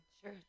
Sure